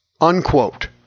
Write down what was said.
unquote